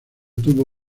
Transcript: tuvo